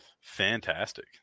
Fantastic